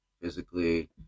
physically